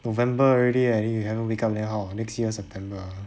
november already eh you haven't wake up then how next year september